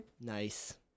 Nice